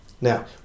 Now